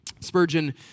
Spurgeon